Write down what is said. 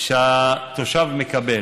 שהתושב מקבל.